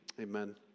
amen